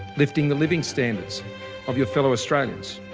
lifting the living standards of your fellow australians.